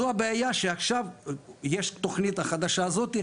שעכשיו יש את התוכנית החדשה הזאת,